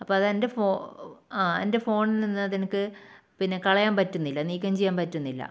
അപ്പം അതെൻ്റ ആ എൻ്റെ ഫോണിൽ നിന്ന് അതെനിക്ക് പിന്നെ കളയാൻ പറ്റുന്നില്ല നീക്കം ചെയ്യാൻ പറ്റുന്നില്ല